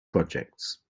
projects